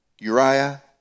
Uriah